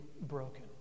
broken